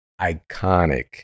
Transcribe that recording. iconic